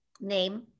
Name